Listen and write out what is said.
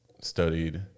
studied